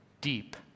deep